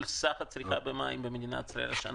סך הצריכה במים במדינת ישראל השנה.